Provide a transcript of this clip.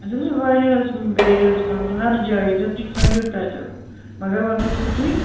اَسہِ حظ ٲسۍ واریاہَس ایریاہَس منٛز ہر جایہِ ییٚتٮ۪تھ تُہۍ ژھٲنڈِو تَتٮ۪تھ مگر وۄنۍ گٔژھِو تُہۍ